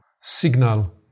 signal